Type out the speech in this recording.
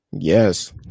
yes